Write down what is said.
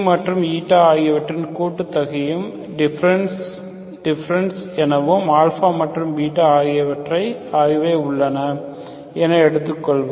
மற்றும் ஆகியவற்றின் கூட்டுத்தொகையாகவும் டிபரன்ஸ் எனவும் மற்றும் ஆகியவை உள்ளன என எடுத்துக்கொள்வோம்